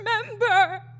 remember